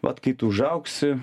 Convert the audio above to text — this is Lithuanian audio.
vat kai tu užaugsi